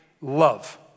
love